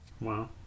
Wow